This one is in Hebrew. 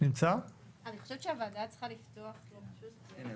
אנחנו מייצגים בעניין